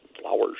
flowers